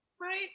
right